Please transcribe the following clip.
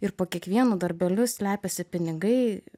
ir po kiekvienu darbeliu slepiasi pinigai